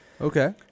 Okay